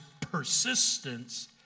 persistence